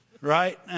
Right